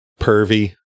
pervy